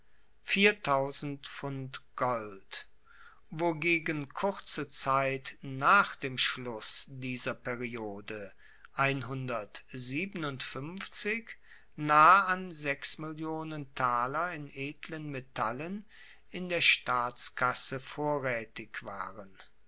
wogegen kurze zeit nach dem schluss dieser periode nahe an mill taler in edlen metallen in der staatskasse vorraetig waren